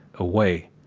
away.